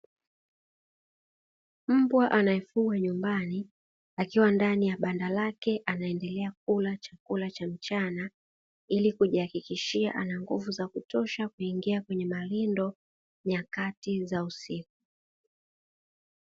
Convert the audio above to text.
Mbwa anayefugwa nyumbani akiwa ndani ya banda lake anaendelea kula chakula cha mchana, ili kujihakikishia ana nguvu za kutosha kuingia kwenye marindo nyakati za usiku.